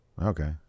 Okay